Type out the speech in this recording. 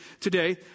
today